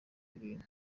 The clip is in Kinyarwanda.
ibintu